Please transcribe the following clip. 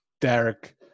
Derek